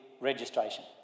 registration